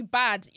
bad